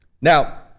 Now